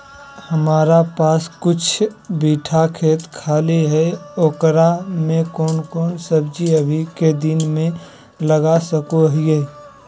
हमारा पास कुछ बिठा खेत खाली है ओकरा में कौन कौन सब्जी अभी के दिन में लगा सको हियय?